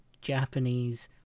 Japanese